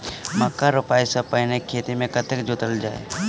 मक्का रोपाइ सँ पहिने खेत केँ कतेक जोतल जाए?